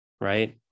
right